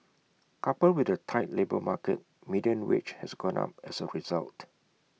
coupled with the tight labour market median wage has gone up as A result